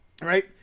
right